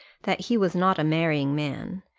that he was not a marrying man,